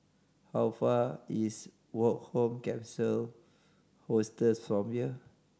how far is Woke Home Capsule Hostel from here